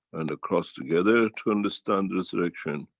and a cross together to understand resurrection,